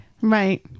Right